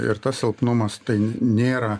ir tas silpnumas tai nėra